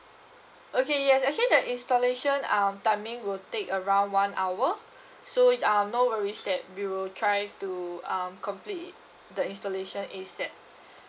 okay yes actually the installation um timing will take around one hour so um no worries that we will try to um complete it the installation A_S_A_P